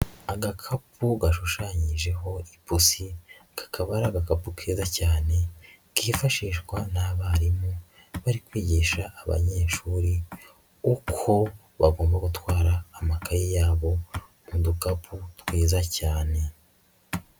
Agakapu gashushanyijeho ipusi, kakaba ari agakapu keza cyane, kifashishwa n'abarimu bari kwigisha abanyeshuri uko bagomba gutwara amakayi yabo mu dukapu twiza cyane.